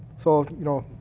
so you know,